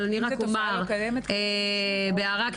בהערה,